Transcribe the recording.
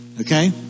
Okay